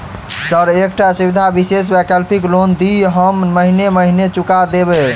Sir एकटा सुविधा विशेष वैकल्पिक लोन दिऽ हम महीने महीने चुका देब?